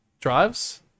drives